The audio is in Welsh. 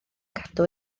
cadw